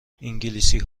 انگلیسی